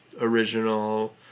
original